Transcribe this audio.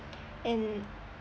and